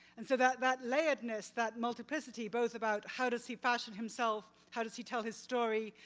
and so that that layeredness, that multiplicity both about how does he fashion himself, how does he tell his story,